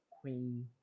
queen